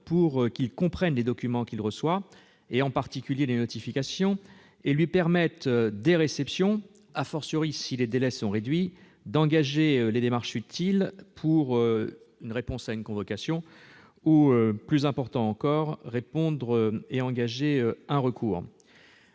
afin qu'il comprenne les documents qu'il reçoit, en particulier les notifications, et de lui permettre dès réception, si les délais sont réduits, d'engager les démarches utiles pour répondre à une convocation ou, plus important encore, engager un recours.